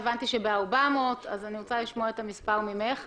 את אומרת לנו שבעצם המצב הוא טוב אבל אנחנו לא יודעים לאן אנחנו הולכים,